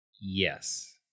Yes